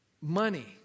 money